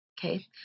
Okay